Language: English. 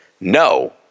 No